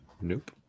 Nope